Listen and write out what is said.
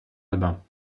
قلبم